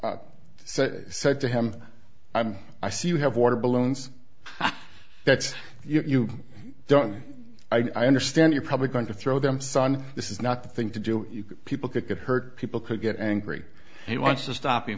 i said to him i see you have water balloons that's you don't i understand you're probably going to throw them son this is not the thing to do you people could get hurt people could get angry he wants to stop